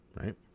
Right